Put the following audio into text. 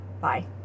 Bye